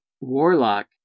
Warlock